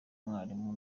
mwarimu